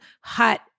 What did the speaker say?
hot